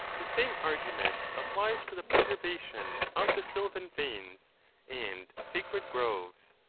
the saine argument applies to the preservation of the sylvan fanes and sacred groves.